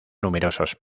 numerosos